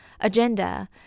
agenda